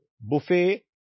buffet